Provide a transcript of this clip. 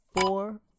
four